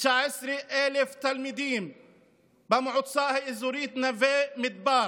19,000 תלמידים במועצה האזורית נווה מדבר